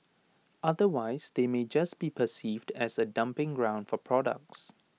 otherwise they may just be perceived as A dumping ground for products